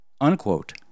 Unquote